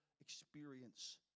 experience